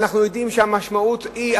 אנחנו יודעים שהמשמעות היא,